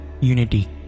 unity